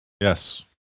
Yes